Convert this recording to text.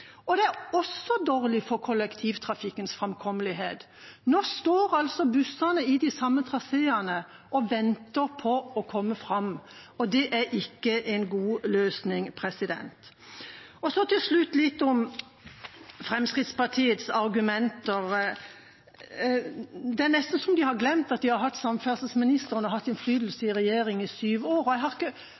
og det er også dårlig for kollektivtrafikkens framkommelighet. Nå står altså bussene i de samme traseene og venter på å komme fram, og det er ikke en god løsning. Til slutt litt om Fremskrittspartiets argumenter: Det er nesten som om de har glemt at de har hatt samferdselsministeren og innflytelse i regjering i syv år. Ytre ringvei er ikke noe som har kommet og noen har